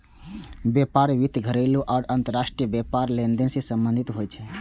व्यापार वित्त घरेलू आ अंतरराष्ट्रीय व्यापार लेनदेन सं संबंधित होइ छै